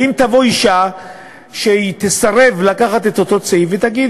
האם תבוא אישה שתסרב לקחת את אותו צעיף ותגיד,